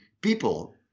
people